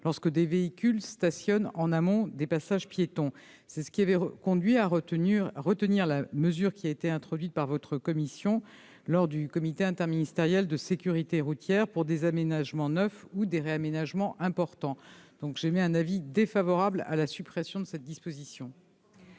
lorsque des véhicules stationnent en amont des passages piétons. C'est ce qui avait conduit à retenir la mesure introduite par votre commission, mesdames, messieurs les sénateurs, lors du comité interministériel de la sécurité routière pour des aménagements neufs ou des réaménagements importants. Je suis défavorable à la suppression de cette disposition.